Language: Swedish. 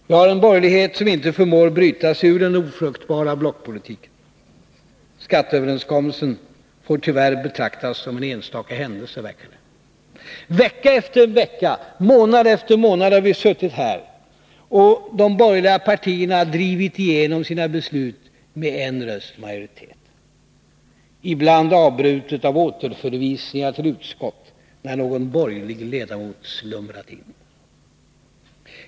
Vi har en borgerlighet som inte förmår bryta sig ur den ofruktbara blockpolitiken — skatteöverenskommelsen får tyvärr betraktas som en enstaka händelse. Vecka efter vecka, månad efter månad har vi suttit här, och de borgerliga partierna har drivit igenom sina beslut med en rösts majoritet — ibland avbrutna av återförvisningar till utskottet när någon borgerlig ledamot slumrat in.